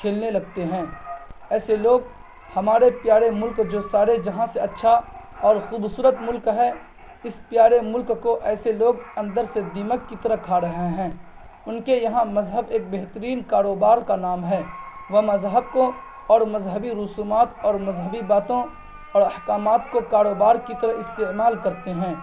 کھیلنے لگتے ہیں ایسے لوگ ہمارے پیارے ملک جو سارے جہاں سے اچّھا اور خوبصورت ملک ہے اس پیارے ملک کو ایسے لوگ اندر سے دیمک کی طرح کھا رہے ہیں ان کے یہاں مذہب ایک بہترین کاروبار کا نام ہے وہ مذہب کو اور مذہبی رسومات اور مذہبی باتوں اور احکامات کو کاروبار کی طرح استعمال کرتے ہیں